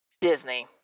Disney